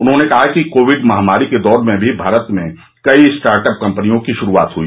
उन्होंने कहा कि कोविड महामारी के दौर में भी भारत में कई स्टार्टअप कंपनियों की शुरूआत हई